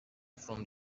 from